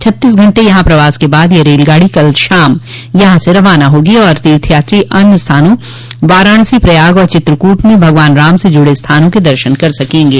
छत्तीस घंटे यहां प्रवास के बाद यह रेलगाड़ी कल सांय यहां से रवाना होगी तथा तीर्थयात्री अन्य स्थानों वाराणसी प्रयाग तथा चित्रकूट में भगवान राम से जुड़े स्थानों के दर्शन कर सकेंगे